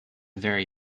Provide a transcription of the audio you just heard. vary